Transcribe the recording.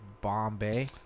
bombay